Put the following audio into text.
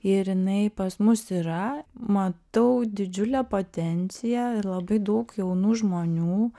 ir jinai pas mus yra matau didžiulę potenciją ir labai daug jaunų žmonių